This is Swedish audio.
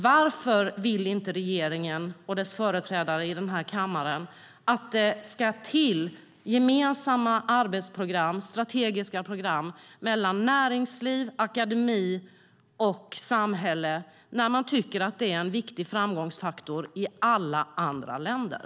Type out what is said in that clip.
Varför vill inte regeringen och dess företrädare i kammaren ha gemensamma arbetsprogram - strategiska program - mellan näringsliv, akademi och samhälle när man i alla andra länder tycker att det är en viktig framgångsfaktor?